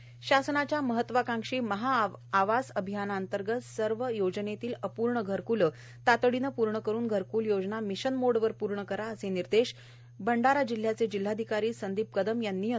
घरक्ल शासनाच्या महत्वाकांक्षी महाआवास अभियानांतर्गत सर्व योजनेतील अपूर्ण घरकूल तातडीने पूर्ण करून घरक्ल योजना मिशन मोडवर पूर्ण करा असे निर्देश भंडारा जिल्ह्याचे जिल्हाधिकारी संदीप कदम यांनी यंत्रणांना दिले